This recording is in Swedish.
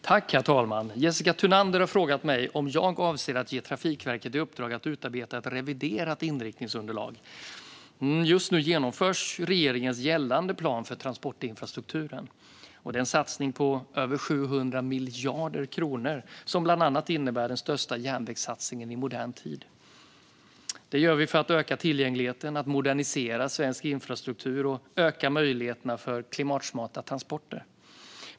Herr talman! Jessica Thunander har frågat mig om jag avser att ge Trafikverket i uppdrag att utarbeta ett reviderat inriktningsunderlag. Just nu genomförs regeringens gällande plan för transportinfrastrukturen. Det är en satsning på över 700 miljarder kronor som bland annat innebär den största järnvägssatsningen i modern tid. Det gör vi för att öka tillgängligheten, modernisera svensk infrastruktur och öka möjligheterna för klimatsmarta transporter.